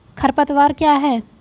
खरपतवार क्या है?